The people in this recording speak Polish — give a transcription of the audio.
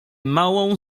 małą